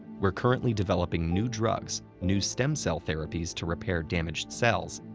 we're currently developing new drugs, new stem cell therapies to repair damaged cells,